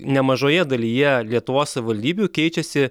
nemažoje dalyje lietuvos savivaldybių keičiasi